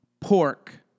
pork